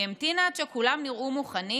היא המתינה עד שכולם נראו מוכנים,